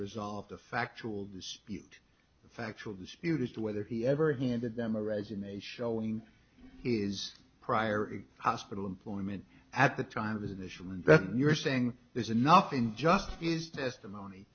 resolved a factual dispute factual dispute as to whether he ever handed them a resume showing is prior in hospital employment at the time of his initial investment you're saying there's enough in just his testimony